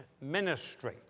ministry